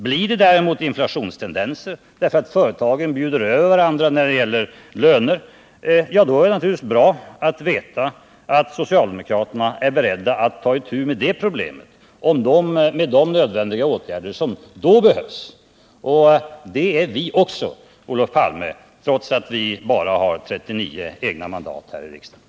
Blir det däremot inflationstendenser på grund av att företagen bjuder över varandra när det gäller löner, är det naturligtvis bra att veta att socialdemokraterna är beredda att ta itu med det problemet med de åtgärder som då behövs. Det är vi också, Olof Palme, trots att vi bara har 39 egna mandat här i riksdagen.